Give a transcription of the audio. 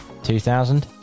2000